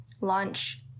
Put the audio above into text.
launch